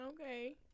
Okay